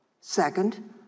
Second